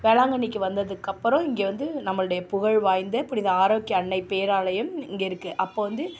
வேளாங்கண்ணிக்கு வந்ததுக்கப்புறம் இங்கே வந்து நம்மளுடைய புகழ் வாய்ந்த புனித ஆரோக்கிய அன்னை பேராலயம் இங்கே இருக்கு அப்போது வந்து